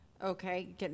Okay